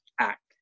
act